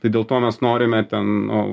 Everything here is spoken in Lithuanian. tai dėl to mes norime ten nu